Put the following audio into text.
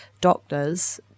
doctors